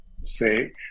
say